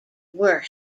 were